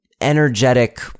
energetic